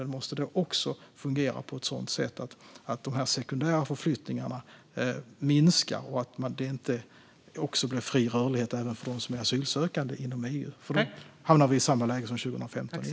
Den måste dock också fungera på ett sådant sätt att de sekundära förflyttningarna minskar och att det inte blir fri rörlighet även för dem som är asylsökande inom EU, för då hamnar vi i samma läge som 2015 igen.